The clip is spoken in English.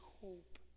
hope